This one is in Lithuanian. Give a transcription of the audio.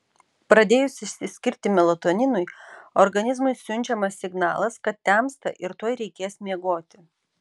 pradėjus išsiskirti melatoninui organizmui siunčiamas signalas kad temsta ir tuoj reikės miegoti